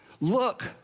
Look